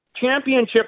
championship